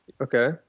Okay